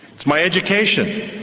it's my education!